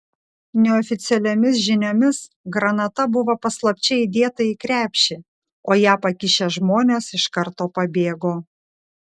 neoficialiomis žiniomis granata buvo paslapčia įdėta į krepšį o ją pakišę žmonės iš karto pabėgo